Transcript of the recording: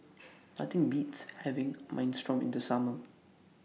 Nothing Beats having Minestrone in The Summer